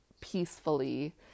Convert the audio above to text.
peacefully